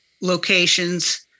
locations